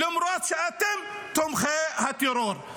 למרות שאתם תומכי הטרור.